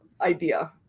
idea